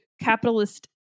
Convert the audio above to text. capitalist